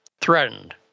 threatened